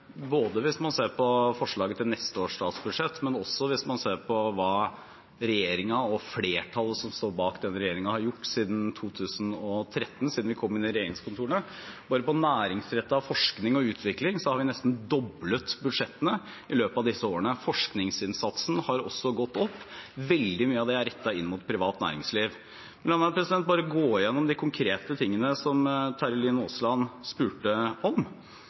både hvis man ser på forslaget til neste års statsbudsjett, og hvis man ser på hva regjeringen og flertallet som står bak denne regjeringen, har gjort siden vi kom inn i regjeringskontorene i 2013. Bare på næringsrettet forskning og utvikling har vi nesten doblet budsjettene i løpet av disse årene. Forskningsinnsatsen har også gått opp. Veldig mye av det er rettet inn mot privat næringsliv. La meg bare gå igjennom de konkrete tingene som representanten Terje Aasland spurte om.